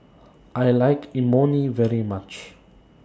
I like Imoni very much